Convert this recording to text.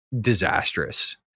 disastrous